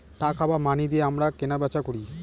টাকা বা মানি দিয়ে আমরা কেনা বেচা করি